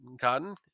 Cotton